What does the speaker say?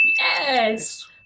Yes